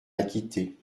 acquitter